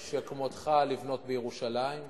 משכמותך לבנות בירושלים.